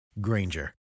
Granger